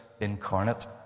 incarnate